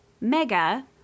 Mega